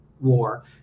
war